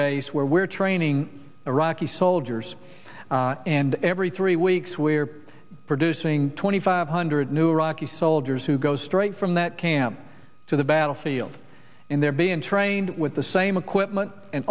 base where we're training iraqi soldiers and every three weeks we're producing twenty five hundred new iraqi soldiers who go straight from that camp to the battlefield and they're being trained with the same equipment and